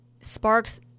Sparks